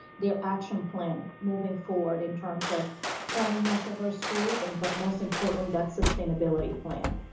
their action plan, moving forward in terms of cleanliness of our schools. and but most importantly, that sustainability plan.